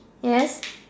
yes